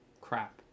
crap